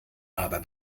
aber